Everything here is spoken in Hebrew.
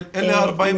אלה ה-40